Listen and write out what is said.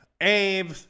Abe